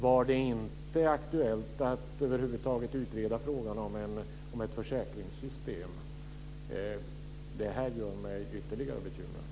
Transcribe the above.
Var det inte aktuellt att över huvud taget utreda frågan om ett försäkringssystem? Det här gör mig ytterligt bekymrad.